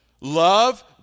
Love